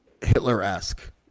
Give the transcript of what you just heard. hitler-esque